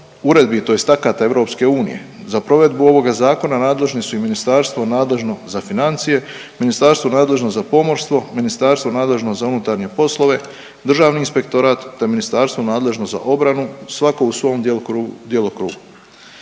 uredbi tj. akata EU, za provedbu ovoga Zakona, nadležni su i ministarstvo nadležno za financije, ministarstvo nadležno za pomorstvo, ministarstvo nadležno za unutarnje poslove, Državni inspektorat te ministarstvo nadležno za obranu, svatko u svom djelokrugu.